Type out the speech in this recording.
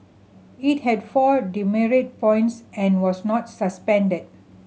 it had four demerit points and was not suspended